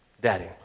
Daddy